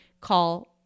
Call